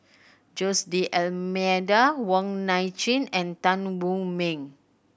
Jose D'Almeida Wong Nai Chin and Tan Wu Meng